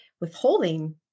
withholding